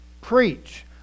preach